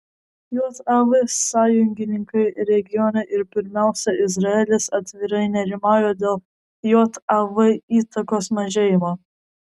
jav sąjungininkai regione ir pirmiausia izraelis atvirai nerimauja dėl jav įtakos mažėjimo